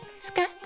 Scott